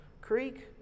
Creek